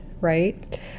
right